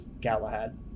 Galahad